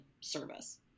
service